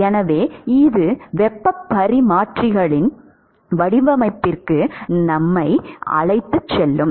எனவே இது வெப்பப் பரிமாற்றிகளின் வடிவமைப்பிற்கு நம்மை அழைத்துச் செல்லும்